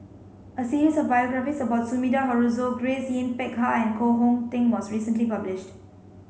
a series of biographies about Sumida Haruzo Grace Yin Peck Ha and Koh Hong Teng was recently published